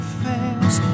fails